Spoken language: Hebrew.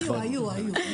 היו, היו.